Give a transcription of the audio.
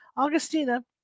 Augustina